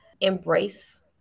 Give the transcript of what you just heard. embrace